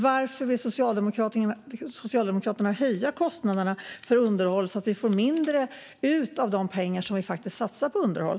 Varför vill Socialdemokraterna höja kostnaderna för underhållet så att vi får ut mindre av de pengar som vi faktiskt satsar på underhåll?